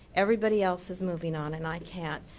everybody else is moving on and i can't.